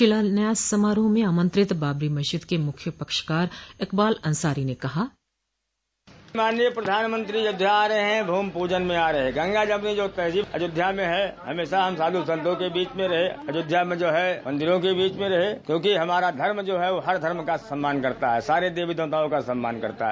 शिलान्यास समारोह में आमंत्रित बाबरी मस्जिद के मुख्य पक्षकार इकबाल अंसारी ने कहा बाइट माननीय प्रधानमंत्री अयोध्या आ रहे हैं भूमि पूजन में आ रहे हैं गंगा जमुनी जो तहजीब अयोध्या में है हमेशा हम साधु संतों के बीच में रहे अयोध्या में जो है मंदिरों के बीच में रहे क्योंकि हमारा धर्म जो है वह हर धर्म का सम्मान करता है सारे देवी देवताओं का सम्मान करता है